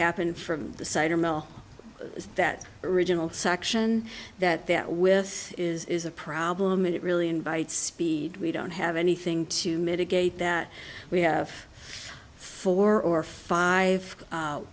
happened from the cider mill that original section that that with is a problem and it really invites speed we don't have anything to mitigate that we have four or five